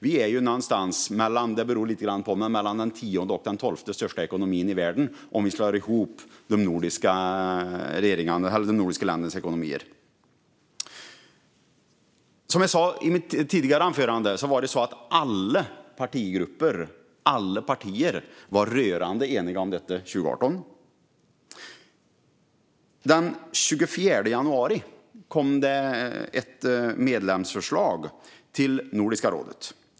Vi är någonstans - det beror lite grann på - mellan den tionde och den tolfte största ekonomin i världen om vi slår ihop de nordiska ländernas ekonomier. Som jag sa i mitt tidigare inlägg var alla partigrupper och alla partier rörande eniga om detta 2018. Den 24 januari kom ett medlemsförslag till Nordiska rådet.